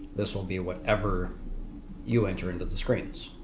this will be whatever you enter into the screens.